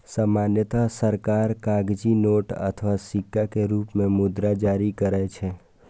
सामान्यतः सरकार कागजी नोट अथवा सिक्का के रूप मे मुद्रा जारी करै छै